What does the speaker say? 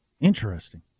interesting